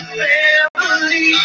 family